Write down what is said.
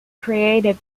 created